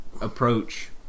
approach